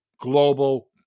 Global